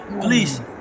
Please